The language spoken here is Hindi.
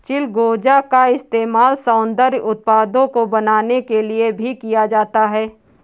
चिलगोजा का इस्तेमाल सौन्दर्य उत्पादों को बनाने के लिए भी किया जाता है